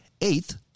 Eighth